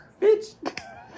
bitch